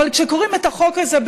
כשקוראים את החוק הזה,